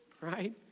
Right